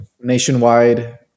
nationwide